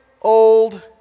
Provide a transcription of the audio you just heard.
old